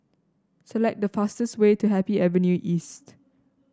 select the fastest way to Happy Avenue East